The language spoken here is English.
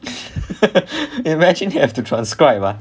imagine you have to transcribe ah